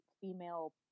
female